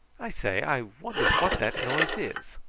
i say, i wonder what that noise is!